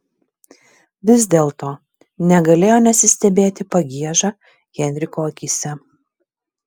vis dėlto negalėjo nesistebėti pagieža henriko akyse